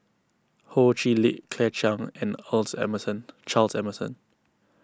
Ho Chee Lick Claire Chiang and Emmerson Charles Emmerson